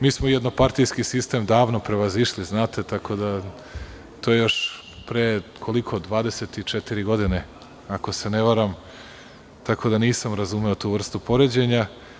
Mi smo jednopartijski sistem odavno prevazišli, još pre 24 godine, a ko se ne varam, tako da nisam razumeo tu vrstu poređenja.